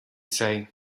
say